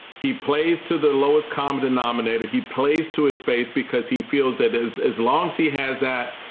he plays to the lowest common denominator. he plays to his base because he feels that as as long as he has that,